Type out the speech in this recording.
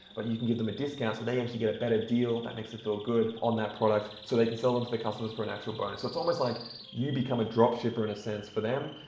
but you can give them a discount so they actually get a better deal. that makes them feel good on that product so they can sell them to the customers for an actual bonus. so it's almost like you become a drop shipper in a sense for them.